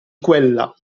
quella